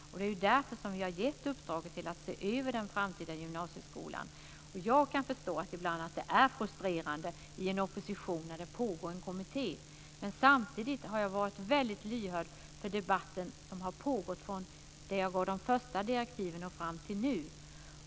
Och det är därför som vi har gett en kommitté i uppdrag att se över den framtida gymnasieskolan. Jag kan förstå att det ibland är frustrerande att vara i opposition när en kommitté arbetar. Men samtidigt har jag varit väldigt lyhörd för den debatt som har pågått sedan jag gav de första direktiven och fram till nu.